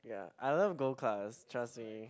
ya I love gold class trust me